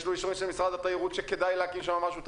יש לו אישורים של משרד התיירות שכדאי להקים שם משהו תיירותי.